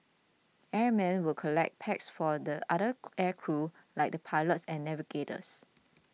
airmen would collect packs for the other air crew like the pilot and navigators